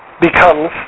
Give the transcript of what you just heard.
becomes